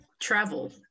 travel